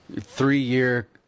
three-year